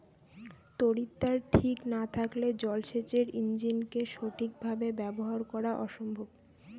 তড়িৎদ্বার ঠিক না থাকলে জল সেচের ইণ্জিনকে সঠিক ভাবে ব্যবহার করা অসম্ভব